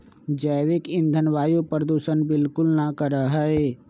जैविक ईंधन वायु प्रदूषण बिलकुल ना करा हई